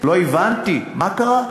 לא הבנתי מה קרה.